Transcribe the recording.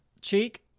cheek